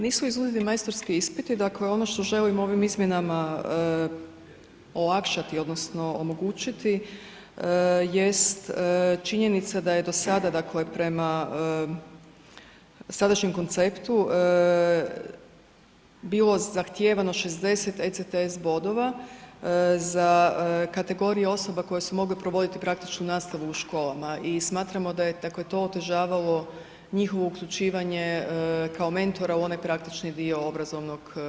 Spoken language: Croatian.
Nisu izuzeti majstorski ispiti, dakle ono što želim ovim izmjenama olakšati odnosno omogućiti jest činjenica da je do sada, dakle prema sadašnjem konceptu bilo zahtijevano 60 ETCS bodova za kategorija osoba koje su mogle provoditi praktičnu nastavu u školama i smatramo da je dakle to otežavalo njihovo uključivanje kao mentora u onaj praktični dio obrazovnog